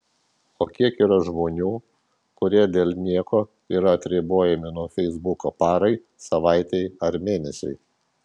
o kiek yra žmonių kurie dėl nieko yra atribojami nuo feisbuko parai savaitei ar mėnesiui